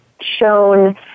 shown